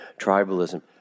tribalism